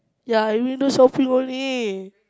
ya I window shopping only